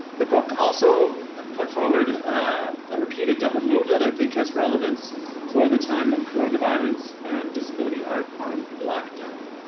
the book also put forward a repeated double move that i think has relevance for the time of coronavirus and disability art on lockdown.